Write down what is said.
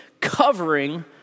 covering